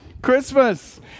Christmas